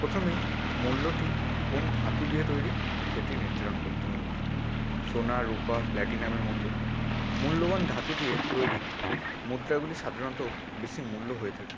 প্রথমেই মূল্যটি কোন ধাতু দিয়ে তৈরি সেটি নির্ধারণ করতে হবে সোনা রুপা প্যাটিনামের মতো মূল্যবান ধাতু দিয়ে তৈরি মুদ্রাগুলি সাধারণত বেশি মূল্য হয়ে থাকে